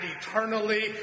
eternally